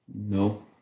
No